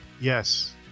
Yes